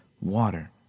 water